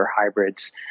hybrids